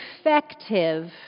effective